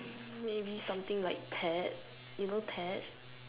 hmm maybe something like ted you know ted